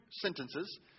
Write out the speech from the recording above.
sentences